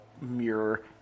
mirror